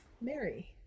Mary